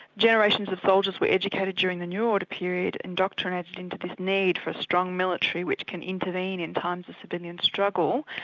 generations of soldiers were educated during the new order period, indoctrinated into this need for a strong military which can intervene in times of civilian struggle,